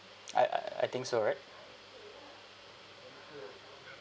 I I think so right